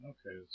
Okay